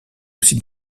aussi